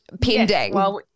Pending